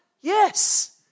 Yes